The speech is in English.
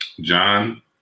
John